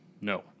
No